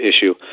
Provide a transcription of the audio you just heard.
issue